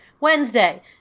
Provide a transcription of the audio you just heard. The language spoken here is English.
Wednesday